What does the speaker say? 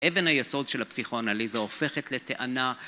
אבן היסוד של הפסיכואנליזה הופכת לטענה